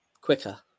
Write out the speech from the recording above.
quicker